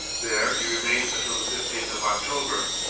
there he remained until the fifteenth of october,